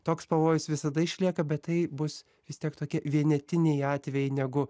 toks pavojus visada išlieka bet tai bus vis tiek tokie vienetiniai atvejai negu